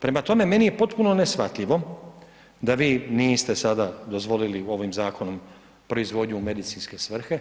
Prema tome meni je potpuno neshvatljivo da vi niste sada dozvolili ovim zakonom proizvodnju u medicinske svrhe